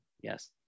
Yes